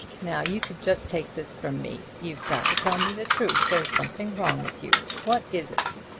now you can just take this from me you've got to tell me the truth. there's something wrong with you! what is it?